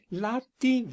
lati